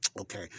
okay